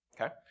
okay